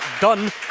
done